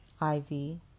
Ivy